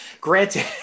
granted